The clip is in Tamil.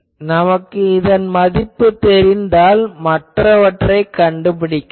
நமக்கு இதன் மதிப்பு தெரிந்தால் மற்றவற்றைக் கண்டுபிடிக்கலாம்